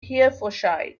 herefordshire